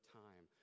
time